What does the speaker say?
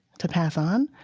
to pass on,